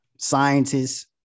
scientists